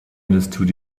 understood